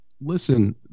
listen